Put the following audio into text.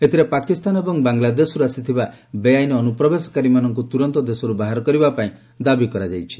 ଏଥିରେ ପାକିସ୍ତାନ ଏବଂ ବାଂଲାଦେଶରୁ ଆସିଥିବା ବେଆଇନ ଅନୁପ୍ରବେଶକାରୀମାନଙ୍କୁ ତୁରନ୍ତ ଦେଶରୁ ବାହାର କରିବାପାଇଁ ଦାବି କରାଯାଇଛି